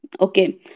Okay